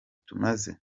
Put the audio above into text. tumaze